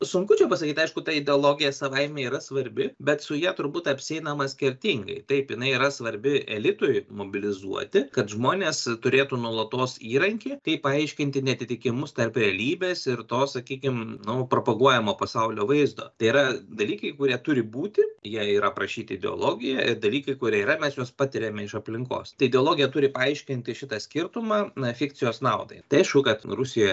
sunku čia pasakyt aišku ta ideologija savaime yra svarbi bet su ja turbūt apsieinama skirtingai taip jinai yra svarbi elitui mobilizuoti kad žmonės turėtų nuolatos įrankį kaip paaiškinti neatitikimus tarp realybės ir to sakykim nu propaguojamo pasaulio vaizdo tai yra dalykai kurie turi būti jie yra aprašyti ideologijoje ir dalykai kurie yra mes juos patiriame iš aplinkos tai ideologija turi paaiškinti šitą skirtumą na fikcijos naudai tai aišku kad rusijoje